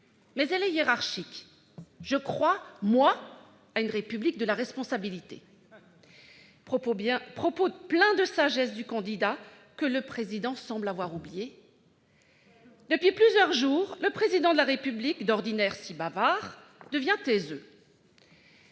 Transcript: Mais elle est hiérarchique ... Je crois, moi, à une République de la responsabilité. » Propos plein de sagesse du candidat, que le Président semble avoir oublié ! Depuis plusieurs jours, le Président de la République, d'ordinaire si bavard, devient taiseux.